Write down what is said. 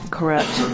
Correct